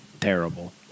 terrible